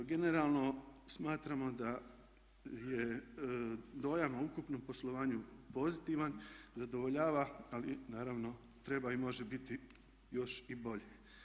Generalno smatramo da je dojam o ukupnom poslovanju pozitivan, zadovoljava ali naravno treba i može biti još i bolji.